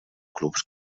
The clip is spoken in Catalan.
clubs